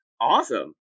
awesome